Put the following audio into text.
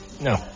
No